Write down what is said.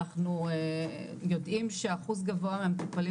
אנחנו יודעים שאחוז גבוה מהמטופלים